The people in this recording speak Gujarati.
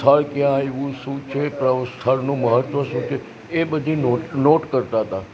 સ્થળ ક્યાં આવ્યું શું છે સ્થળનું મહત્વ શું છે એ બધી નોટ નોટ કરતા હતા